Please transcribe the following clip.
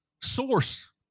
source